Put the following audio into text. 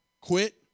Quit